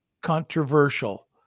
controversial